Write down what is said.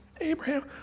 Abraham